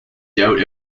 doubt